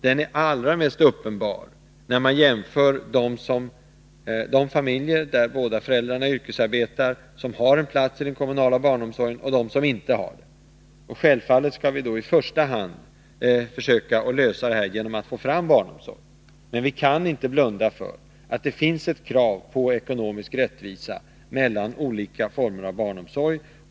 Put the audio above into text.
Den är allra mest uppenbar när man jämför de familjer med båda föräldrarna yrkesarbetande som har plats i den kommunala barnomsorgen och de familjer som inte har det. Självfallet skall vi försöka lösa det problemet genom att i första hand få fram barnomsorg. Men vi kan inte blunda för att det finns krav på ekonomisk rättvisa mellan olika former av barnomsorg.